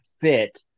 fit